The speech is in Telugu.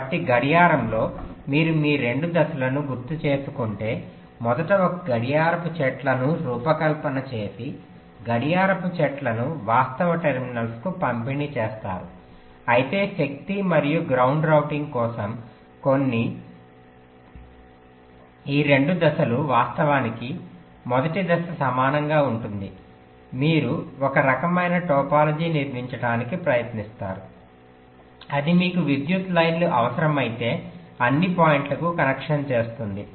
కాబట్టి గడియారంలో మీరు మీ రెండు దశలను గుర్తుచేసుకుంటే మొదట ఒక గడియారపు చెట్టును రూపకల్పన చేసి గడియారపు చెట్టును వాస్తవ టెర్మినల్స్కు పంపిణీ చేస్తారు అయితే శక్తి మరియు గ్రౌండ్ రౌటింగ్ కోసం ఈ రెండు దశలు వాస్తవానికి మొదటి దశ సమానంగా ఉంటుంది మీరు ఒక రకమైన టోపోలాజీని నిర్మించడానికి ప్రయత్నిస్తారు అది మీకు విద్యుత్ లైన్లు అవసరమైతే అన్ని పాయింట్లకు కనెక్షన్ చేస్తుంది